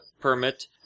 permit